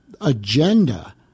agenda